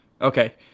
Okay